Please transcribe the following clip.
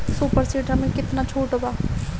Super seeder मै कितना छुट बा?